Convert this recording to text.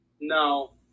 No